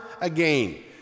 again